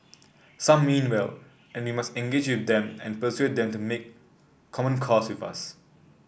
some mean well and we must engage with them and persuade them to make common cause with us